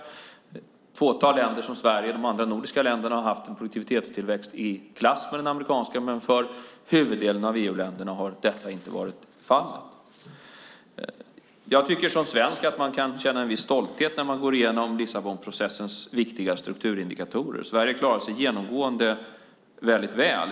Ett fåtal länder, som Sverige och de andra nordiska länderna, har haft en produktivitetstillväxt i klass med den amerikanska, men för huvuddelen av EU-länderna har detta inte varit fallet. Jag tycker som svensk att man kan känna en viss stolthet när man går igenom Lissabonprocessens viktiga strukturindikatorer. Sverige klarar sig genomgående väldigt väl.